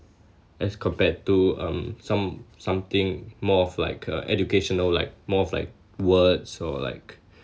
as compared to um some something more of like a educational like more of like words or like